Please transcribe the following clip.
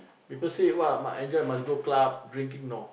people say what must enjoy must go club drinking no